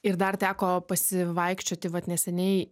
ir dar teko pasivaikščioti vat neseniai